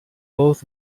both